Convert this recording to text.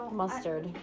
mustard